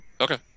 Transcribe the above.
Okay